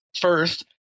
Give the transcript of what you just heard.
First